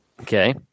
Okay